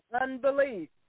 unbelief